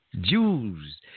Jews